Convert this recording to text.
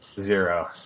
Zero